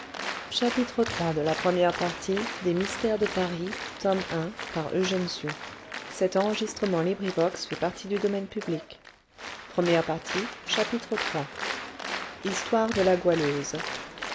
bonne bouche iii histoire de la goualeuse